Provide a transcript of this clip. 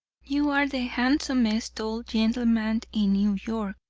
you are the handsomest old gentleman in new york,